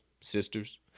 sisters